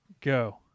Go